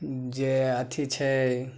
जे अथी छै